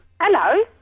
hello